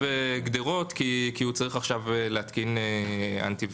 גדרות כי הוא צריך עכשיו להתקין אנטי-וירוס.